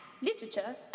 literature